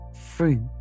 fruit